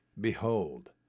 Behold